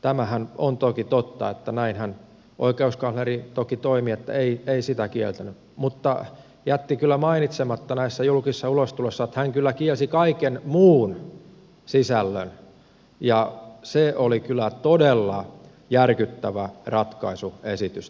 tämähän on toki totta että näinhän oikeuskansleri toki toimi että ei sitä kieltänyt mutta jätti kyllä mainitsematta näissä julkisissa ulostuloissa että hän kyllä kielsi kaiken muun sisällön ja se oli kyllä todella järkyttävä ratkaisuesitys tähän tilanteeseen